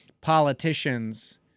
politicians